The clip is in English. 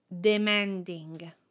Demanding